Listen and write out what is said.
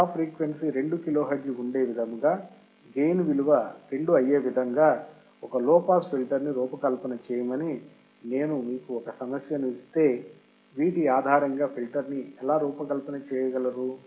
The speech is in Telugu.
cut off frequency 2 kilo hertz ఉండే విధముగా గెయిన్ విలువ 2 అయ్యే విధముగా ఒక లో పాస్ ఫిల్టర్ ని రూపకల్పన చేయమని నేను మీకు ఒక సమస్య ని ఇస్తే వీటి ఆధారముగా మీరు ఫిల్టర్ ని ఎలా రూపకల్పన చేయగలరు